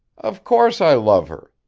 of course i love her.